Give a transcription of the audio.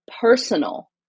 personal